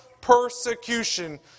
persecution